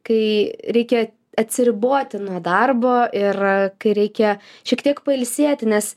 kai reikia atsiriboti nuo darbo ir kai reikia šiek tiek pailsėti nes